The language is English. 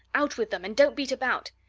out with them, and don't beat about!